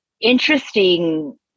interesting